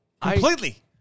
completely